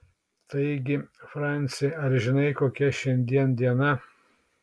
taigi franci ar žinai kokia šiandien diena